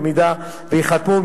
אם ייחתמו,